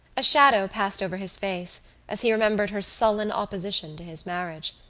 a shadow passed over his face as he remembered her sullen opposition to his marriage.